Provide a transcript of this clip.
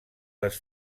les